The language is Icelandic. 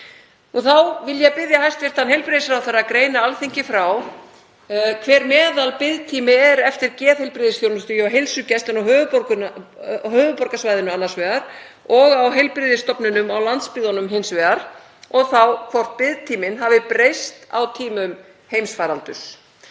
Þá vil ég biðja hæstv. heilbrigðisráðherra að greina Alþingi frá hver meðalbiðtími er eftir geðheilbrigðisþjónustu hjá heilsugæslunni á höfuðborgarsvæðinu annars vegar og á heilbrigðisstofnunum á landsbyggðunum hins vegar, og þá hvort biðtíminn hafi breyst á tímum heimsfaraldurs.